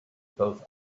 both